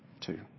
Two